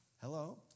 Hello